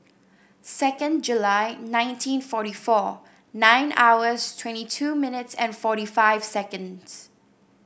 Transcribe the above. second July nineteen forty four nine hours twenty two minutes and forty five seconds